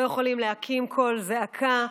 לא יכולים להקים קול זעקה.